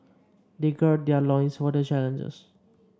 they gird their loins for the challenge